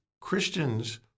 Christians